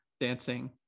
dancing